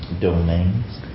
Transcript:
domains